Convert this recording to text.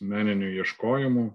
meniniu ieškojimu